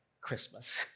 Christmas